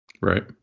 Right